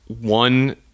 one